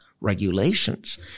regulations